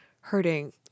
hurting